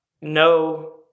no